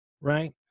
Right